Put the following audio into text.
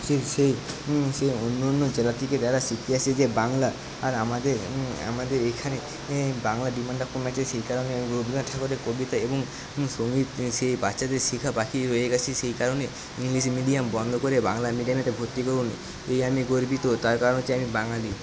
সেই সেই সেই অন্য অন্য জেলা থেকে যারা শিখতে আসে যে বাংলা আর আমাদের আমাদের এইখানে বাংলা ডিম্যান্ডটা কমেছে সেই কারণে রবীন্দ্রনাথ ঠাকুরের কবিতা এবং সঙ্গীত সে বাচ্ছাদের শেখা বাকি রয়ে গেছে সেই কারণে ইংলিশ মিডিয়াম বন্ধ করে বাংলা মিডিয়ামেতে ভর্তি করুন এই আমি গর্বিত তার কারণ হচ্ছে আমি বাঙালি